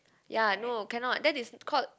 ya no cannot that is called